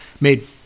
Made